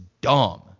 dumb